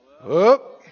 up